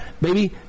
baby